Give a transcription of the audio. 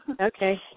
Okay